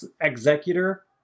executor